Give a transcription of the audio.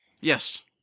Yes